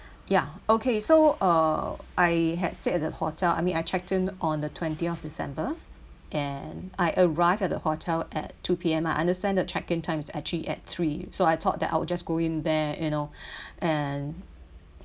ya okay so uh I had stayed at the hotel I mean I checked in on the twentieth december and I arrived at the hotel at two P_M I understand the check in time is actually at three so I thought that I would just go in there you know and